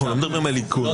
אנחנו לא מדברים על איכון,